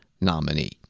nominee